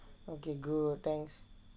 okay good thanks